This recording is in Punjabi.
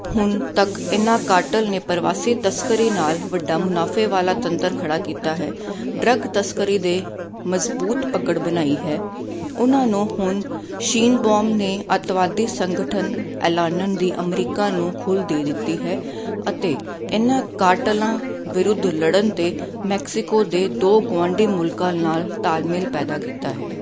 ਹੁਣ ਤੱਕ ਇਹਨਾਂ ਕਾਟਿਲ ਨੇ ਪਰਵਾਸੀ ਤਸਕਰੀ ਨਾਲ ਵੱਡਾ ਮੁਨਾਫੇ ਵਾਲਾ ਤੰਤਰ ਖੜਾ ਕੀਤਾ ਹੈ ਡਰੱਗ ਤਸਕਰੀ ਦੇ ਮਜ਼ਬੂਤ ਪਕੜ ਬਣਾਈ ਹੈ ਉਨਾਂ ਨੂੰ ਹੁਣ ਸ਼ੀਨਬੋਮ ਨੇ ਅੱਤਵਾਦੀ ਸੰਗਠਨ ਐਲਾਨਣ ਦੀ ਅਮਰੀਕਾ ਨੂੰ ਖੁੱਲ੍ਹ ਦੇ ਦਿੱਤੀ ਹੈ ਅਤੇ ਇਹਨਾਂ ਕਾਟਿਲਾਂ ਵਿਰੁੱਧ ਲੜਨ 'ਤੇ ਮੈਕਸੀਕੋ ਦੇ ਦੋ ਗੁਆਂਢੀ ਮੁਲਕਾਂ ਨਾਲ ਤਾਲਮੇਲ ਪੈਦਾ ਕੀਤਾ ਹੈ